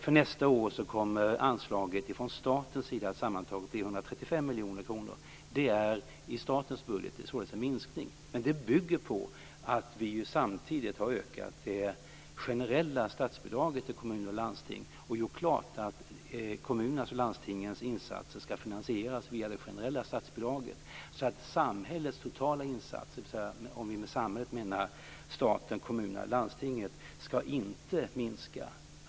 För nästa år kommer anslaget från statens sida att sammantaget bli 135 miljoner kronor. Det är således en minskning i statens budget. Men det bygger på att vi samtidigt har ökat det generella statsbidraget till kommuner och landsting och gjort klart att kommunernas och landstingens insatser skall finansieras via det generella statsbidraget. Samhällets totala insatser - om vi med samhället menar staten, kommunerna och landstingen - skall inte minska.